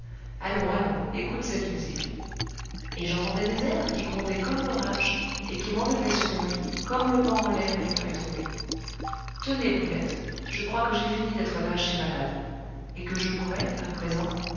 allons allons écoute cette musique et j'entendais des airs qui grondaient comme l'orage et qui m'enlevaient sur mon lit comme le vent enlève les feuilles tombées tenez brulette je crois que j'ai fini d'être lâche et malade et que je pourrais à présent